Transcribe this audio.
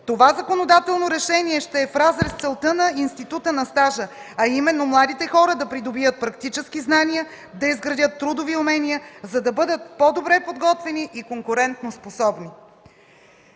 Това законодателно решение ще е в разрез с целта на института на стажа, а именно младите хора да придобият практически знания, да изградят трудови умения, за да бъдат по-добре подготвени и конкурентоспособни.”